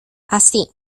así